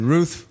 Ruth